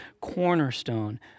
cornerstone